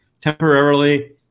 temporarily